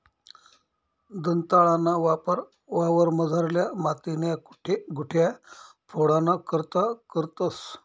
दंताळाना वापर वावरमझारल्या मातीन्या गुठया फोडाना करता करतंस